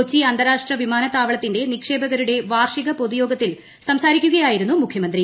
കൊച്ചി അന്താരാഷ്ട്ര വിമാനത്താവളത്തിന്റെ നിക്ഷേപക രുടെ വാർഷിക പൊതുയോഗത്തിൽ സംസാരിക്കുകയായിരുന്നു മുഖ്യമന്ത്രി